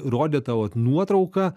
rodė tą vat nuotrauką